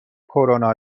کرونا